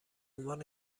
عنوان